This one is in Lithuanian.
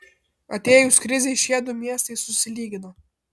atėjus krizei šie du miestai susilygino